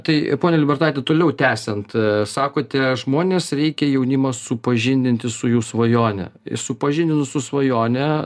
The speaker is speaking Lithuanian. tai ponia liubertaite toliau tęsiant sakote žmonės reikia jaunimą supažindinti su jų svajone ir supažindinus su svajone